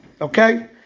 Okay